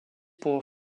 pour